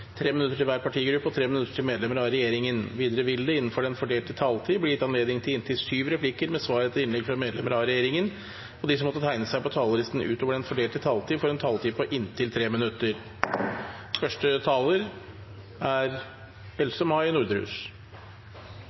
minutter til hver partigruppe og 3 minutter til medlemmer av regjeringen. Videre vil det – innenfor den fordelte taletid – bli gitt anledning til inntil syv replikker med svar etter innlegg fra medlemmer av regjeringen, og de som måtte tegne seg på talerlisten utover den fordelte taletid, får også en taletid på inntil 3 minutter.